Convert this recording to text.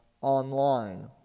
online